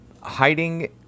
hiding